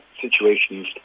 situations